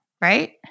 Right